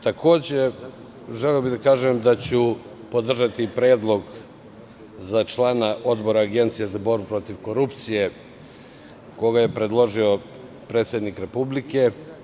Takođe, želeo bih da kažem da ću podržati predlog za člana Odbora Agencije za borbu protiv korupcije koga je predložio predsednik Republike.